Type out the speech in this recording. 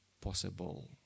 possible